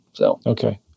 Okay